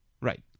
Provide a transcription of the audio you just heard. Right